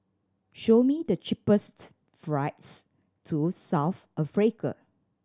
show me the cheapest flights to South Africa